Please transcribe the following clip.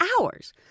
hours